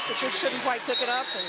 couldn't quite pick it up